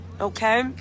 okay